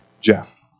Jeff